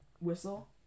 whistle